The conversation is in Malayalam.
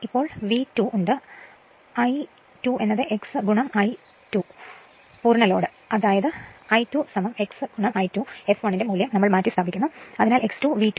ഇപ്പോൾ V 2 ഉണ്ട് I2 x I2 പൂർണ്ണ ലോഡ് അത് I2 x I2 fl ന്റെ മൂല്യം മാറ്റിസ്ഥാപിക്കുന്നു